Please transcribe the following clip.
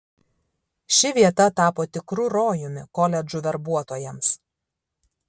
ši vieta tapo tikru rojumi koledžų verbuotojams